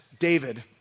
David